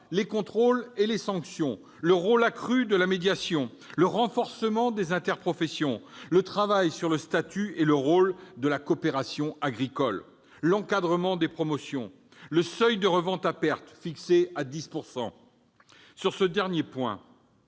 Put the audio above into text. des contrôles et des sanctions ; le rôle accru de la médiation ; le renforcement des interprofessions ; le travail sur le statut et le rôle de la coopération agricole ; l'encadrement des promotions ; le seuil de revente à perte, fixé à 10 %. Sur ce dernier point,